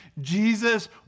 Jesus